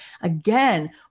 Again